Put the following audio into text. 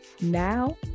Now